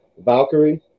Valkyrie